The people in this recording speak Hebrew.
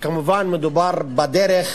כמובן, מדובר בדרך